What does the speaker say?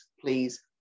please